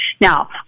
Now